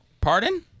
Pardon